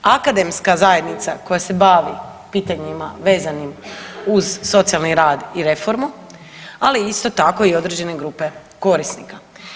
Akademska zajednica koja se bavi pitanjima vezanim uz socijalni rad i reformu, ali isto tako i određen grupe korisnika.